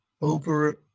over